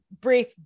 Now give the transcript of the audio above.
brief